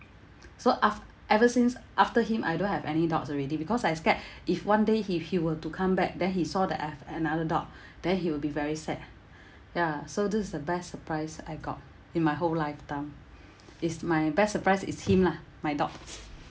so af~ ever since after him I don't have any dogs already because I scared if one day if he were to come back then he saw that I have another dog then he will be very sad ya so this is the best surprise I've got in my whole lifetime it's my best surprise is him lah my dog